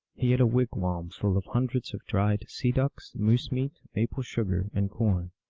he had a wigwam full of hundreds of dried sea ducks, moose meat, maple-sugar, and corn.